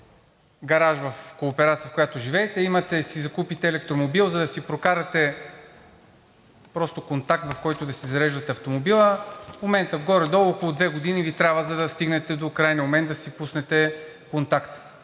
гараж в кооперация, в която живеете, и си закупите електромобил, за да си прокарате просто контакт, в който да си зареждате автомобила, в момента горе-долу около две години Ви трябва, за да стигнете до крайния момент да си пуснете контакт.